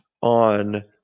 on